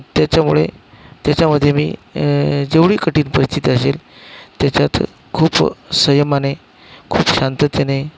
त्याच्यामुळे त्याच्यामध्ये मी जेवढी कठीण परिस्थिती असेल त्याच्यात खूप संयमाने खूप शांततेने